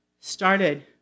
started